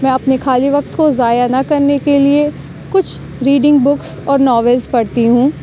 میں اپنے خالی وقت کو ضائع نہ کرنے کے لیے کچھ ریڈنگ بکس اور ناولس پڑھتی ہوں